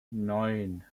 neun